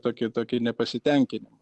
tokį tokį nepasitenkinim